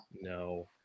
No